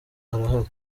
arahari